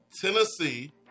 Tennessee